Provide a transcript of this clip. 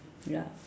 ya